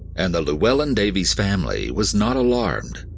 and the llewelyn davies family was not alarmed,